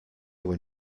when